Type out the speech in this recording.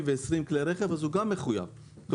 ו-20 כלי רכב היא גם מחויבת בקצין בטיחות.